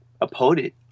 opponent